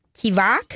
kivak